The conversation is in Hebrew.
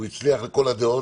הוא הצליח לכל הדעות,